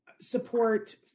support